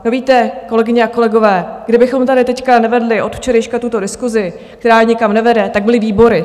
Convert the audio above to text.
No, víte, kolegyně a kolegové, kdybychom tady teď nevedli od včerejška tuto diskusi, která nikam nevede, tak byly výbory.